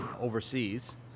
overseas